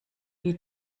wie